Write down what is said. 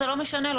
זה לא משנה לו,